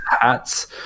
hats